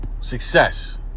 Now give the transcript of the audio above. success